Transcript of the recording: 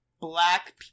Black